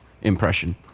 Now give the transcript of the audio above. impression